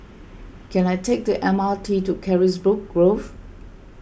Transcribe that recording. can I take the M R T to Carisbrooke Grove